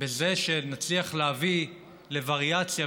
בזה שנצליח להביא לווריאציה,